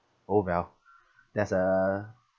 orh well that's a